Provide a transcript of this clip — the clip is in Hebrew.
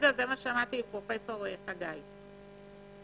כך שמעתי מפרופסור חגי.